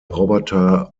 roboter